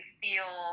feel